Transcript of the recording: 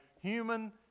human